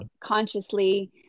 consciously